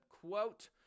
quote